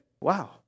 wow